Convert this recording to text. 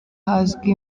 hazwi